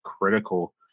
critical